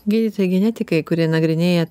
gydytojai genetikai kurie nagrinėja